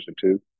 two